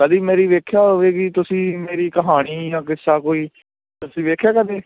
ਕਦੀ ਮੇਰੀ ਵੇਖਿਆ ਹੋਵੇਗੀ ਤੁਸੀਂ ਮੇਰੀ ਕਹਾਣੀ ਜਾਂ ਕਿੱਸਾ ਕੋਈ ਤੁਸੀਂ ਵੇਖਿਆ ਕਦੇ